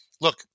look